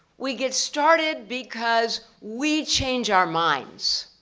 we get started because we change our minds.